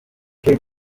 kate